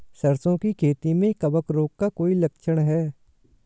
सरसों की खेती में कवक रोग का कोई लक्षण है?